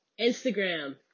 Instagram